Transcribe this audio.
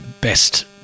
best